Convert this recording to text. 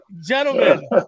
Gentlemen